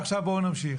עכשיו, בואו נמשיך.